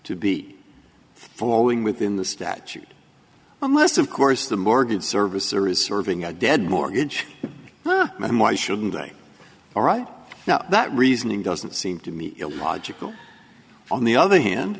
to be following within the statute unless of course the mortgage servicer is serving a dead mortgage and why shouldn't they all right now that reasoning doesn't seem to me illogical on the other hand